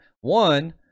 One